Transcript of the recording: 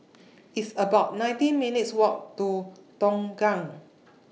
It's about nineteen minutes' Walk to Tongkang